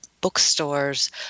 bookstores